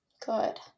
Good